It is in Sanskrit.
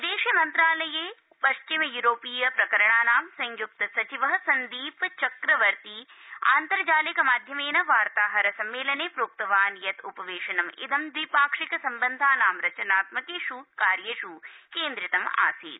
विदेश मन्त्रालये पश्चिम यूरोपीय प्रकरणाना संयुक्त सचिव संन्दीप चक्रवर्ती आन्त लिक माध्यमेन वार्ताहर सम्मेलने प्रोक्तवान् यत् उपवेशनमिद द्विपाक्षिक सम्बन्धाना रचनात्मकेष् कार्येष् केन्द्रितम् आसीत्